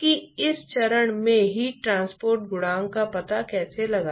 यह h गुना Ts घटा T इंफिनिटी गुना dA होगा